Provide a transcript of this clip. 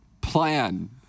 Plan